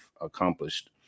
accomplished